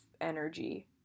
energy